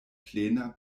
plena